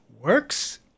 works